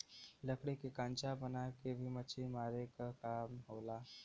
लकड़ी के खांचा बना के भी मछरी मारे क काम होला